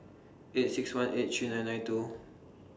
eight six one eight three nine nine two